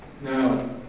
Now